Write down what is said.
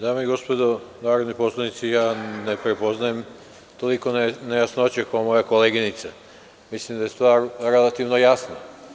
Dame i gospodo narodni poslanici, ja ne prepoznaje toliko nejasnoća kao moja koleginica, mislim da je stvar relativno jasna.